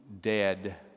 dead